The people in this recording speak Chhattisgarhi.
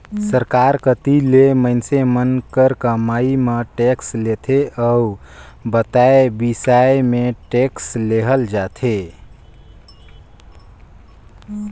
सरकार कती ले मइनसे मन कर कमई म टेक्स लेथे अउ जाएत बिसाए में टेक्स लेहल जाथे